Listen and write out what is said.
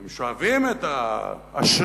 והם שואבים את ההשראה